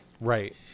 Right